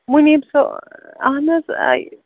مُنیٖب صٲ اَہن حظ